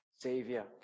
savior